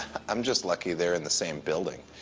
um just lucky they are in the same building.